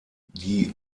die